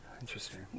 Interesting